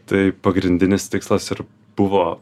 tai pagrindinis tikslas ir buvo